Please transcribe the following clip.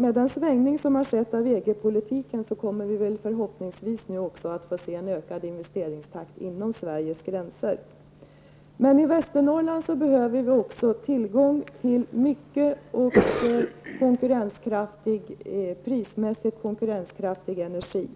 Med den svängning som har skett av EG politiken kommer vi förhoppningsvis även att få se en ökad investeringstakt inom Sveriges gränser. Men i Västernorrland behöver vi också tillgång till mycket och prismässigt konkurrenskraftig energi.